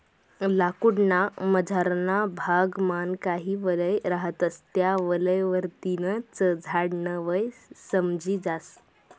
लाकूड ना मझारना भाग मान काही वलय रहातस त्या वलय वरतीन च झाड न वय समजी जास